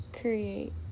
create